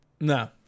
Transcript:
no